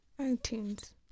iTunes